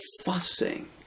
fussing